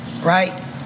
Right